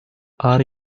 are